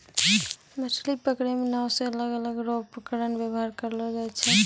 मछली पकड़ै मे नांव से अलग अलग रो उपकरण वेवहार करलो जाय छै